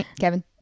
kevin